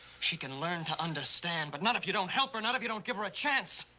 she can learn to understand, but not if you don't help her. not if you don't give her a chance.